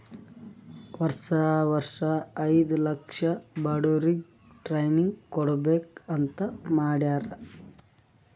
ವರ್ಷಾ ವರ್ಷಾ ಐಯ್ದ ಲಕ್ಷ ಬಡುರಿಗ್ ಟ್ರೈನಿಂಗ್ ಕೊಡ್ಬೇಕ್ ಅಂತ್ ಮಾಡ್ಯಾರ್